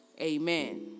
amen